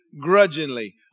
grudgingly